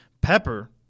Pepper